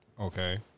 Okay